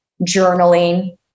journaling